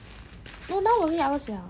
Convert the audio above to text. now working hours liao